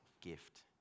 gift